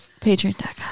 Patreon.com